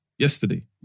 Yesterday